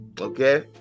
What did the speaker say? Okay